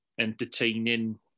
Entertaining